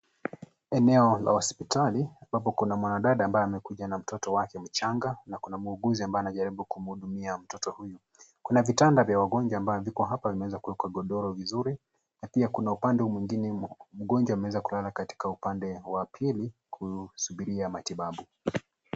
Eneo la hospitali ambapo kuna mwanadada amabaye amekuja na mtoto wake mchanga na kuna muuguzi ambaye anajaribu kumhudumia mtoto huyu. Kuna vitanda vya wagonjwa ambao viko hapa zimweza kuwekwa godoro vizuri. Na pia kuna upande mwingine mgonjwa ameweza kulala katika upande wa pili kusubiria matibabu.